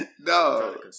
No